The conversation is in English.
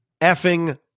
effing